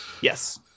Yes